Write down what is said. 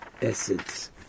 Essence